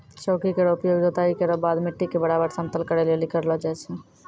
चौकी केरो उपयोग जोताई केरो बाद मिट्टी क बराबर समतल करै लेलि करलो जाय छै